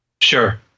Sure